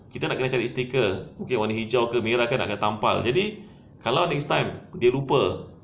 kita nak kena cari sticker mungkin warna hijau ke merah ke nak kena tampal jadi kalau next time dia lupa